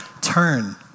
turn